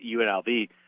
UNLV